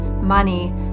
money